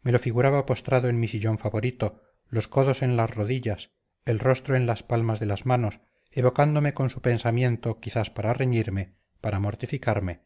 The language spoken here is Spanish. me lo figuraba postrado en mi sillón favorito los codos en las rodillas el rostro en las palmas de las manos evocándome con su pensamiento quizás para reñirme para mortificarme